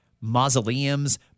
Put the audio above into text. mausoleums